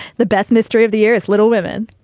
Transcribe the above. the best mystery of the year is little women